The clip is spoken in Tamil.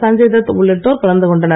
சஞ்சய் தத் உள்ளிட்டோர் கலந்துகொண்டனர்